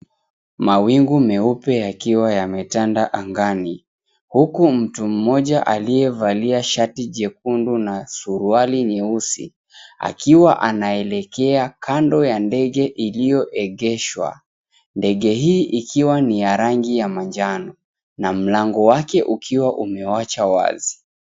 Mawingu meupe yakiwa yametanda angani, huku mtu mmoja aliyevalia shati jekundu na suruali nyeusi akiwa anaelekea kando ya ndege iliyoengeshwa, ndege hi ikiwa ni ya rangi ya manjano na mlango wake ukiwa umeachwa wazi.